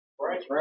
Right